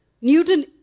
Newton